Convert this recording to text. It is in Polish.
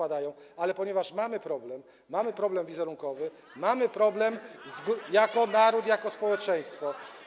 Ale ponieważ mamy problem, mamy problem wizerunkowy, mamy problem jako naród, jako społeczeństwo.